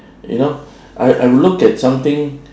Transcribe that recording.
you know I I would look at something